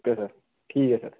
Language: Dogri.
ओके सर ठीक ऐ सर